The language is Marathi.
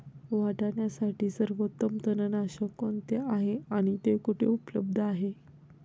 वाटाण्यासाठी सर्वोत्तम तणनाशक कोणते आहे आणि ते कुठे उपलब्ध आहे?